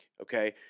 Okay